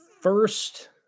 first